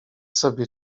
sobie